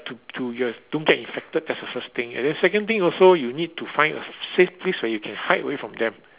to to your don't get infected that's the first thing and then second thing also you need to find a safe place where you can hide away from them